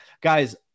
guys